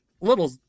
little